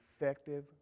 effective